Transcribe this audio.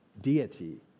deity